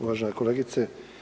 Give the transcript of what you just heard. Uvažena kolegice.